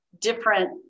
different